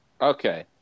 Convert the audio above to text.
okay